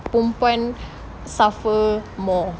perempuan suffer more